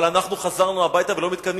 אבל אנחנו חזרנו הביתה ואנחנו לא מתכוונים